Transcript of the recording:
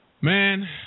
Man